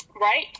Right